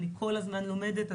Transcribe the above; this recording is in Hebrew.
אני כל הזמן לומדת,